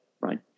right